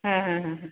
ᱦᱮᱸ ᱦᱮᱸ ᱦᱮᱸ